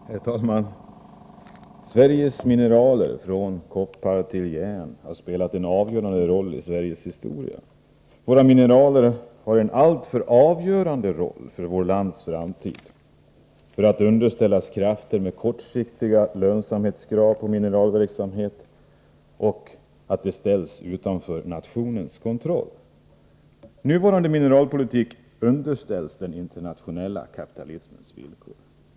Herr talman! Sveriges mineraler från koppar till järn har spelat en avgörande roll i Sveriges historia. Denna roll är alltför avgörande för vårt lands framtid för att mineralhanteringen skall få underställas krafter med kortsiktiga lönsamhetskrav eller ställas utanför nationens kontroll. Nuvarande mineralpolitik underställs den internationella kapitalismens villkor.